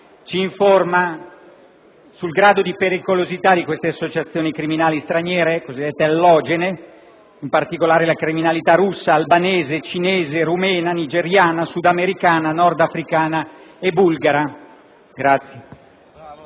ci informa sul grado di pericolosità di tali associazioni criminali straniere, cosiddette allogene (in particolare quelle russa, albanese, cinese, rumena, nigeriana, sudamericana, nordafricana e bulgara).